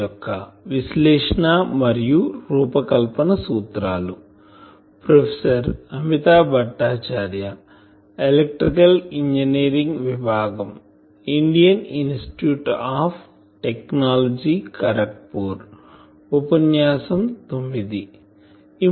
lecture కి స్వాగతం